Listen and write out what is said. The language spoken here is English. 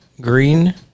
Green